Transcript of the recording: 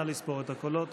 נא לספור את הקולות.